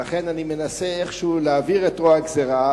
לכן אני מנסה איכשהו להעביר את רוע הגזירה,